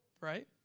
right